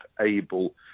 able